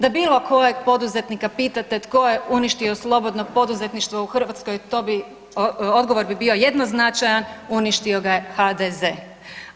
Da bilo kojeg poduzetnika pitate tko je uništio slobodno poduzetništvo u Hrvatskoj to bi odgovor bi bio jednoznačajan uništio ga je HDZ-e.